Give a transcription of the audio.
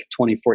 2014